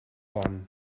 pon